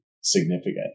significant